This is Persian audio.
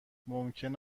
ممکن